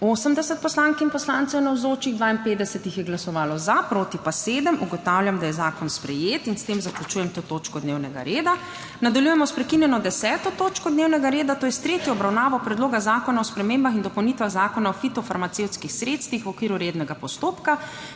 52 jih je glasovalo za, proti pa 7. (Za je glasovalo 52.) (Proti 7.) Ugotavljam, da je zakon sprejet. S tem zaključujem to točko dnevnega reda. Nadaljujemo sprekinjeno 10. točko dnevnega reda, to je s tretjo obravnavo Predloga zakona o spremembah in dopolnitvah Zakona o fitofarmacevtskih sredstvih v okviru rednega postopka.